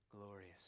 glorious